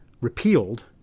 repealed